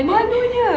malunya